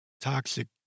toxic